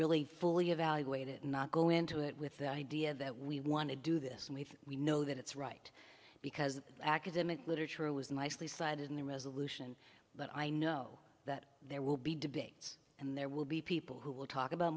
really fully evaluate it and not go into it with the idea that we want to do this and we think we know that it's right because academic literature was nicely cited in the resolution but i know that there will be debates and there will be people who will talk about